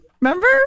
Remember